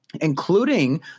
including